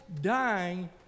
dying